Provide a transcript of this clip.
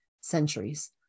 centuries